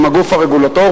עם הגוף הרגולטורי,